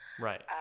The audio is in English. Right